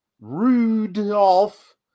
Rudolph